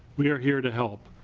we are here to help.